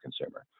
consumer